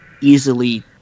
easily